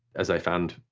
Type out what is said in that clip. as i found,